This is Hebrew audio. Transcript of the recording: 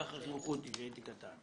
כך חינכו אותי כשהייתי קטן.